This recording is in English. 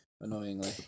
annoyingly